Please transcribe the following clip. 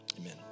amen